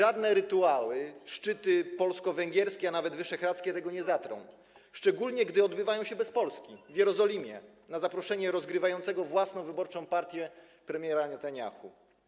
Żadne rytuały, szczyty polsko-węgierskie, a nawet wyszehradzkie tego nie zatrą, szczególnie gdy odbywają się bez Polski, w Jerozolimie, na zaproszenie rozgrywającego własną wyborczą partię premiera Netanjahu.